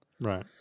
Right